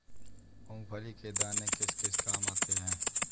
मूंगफली के दाने किस किस काम आते हैं?